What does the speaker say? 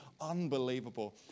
unbelievable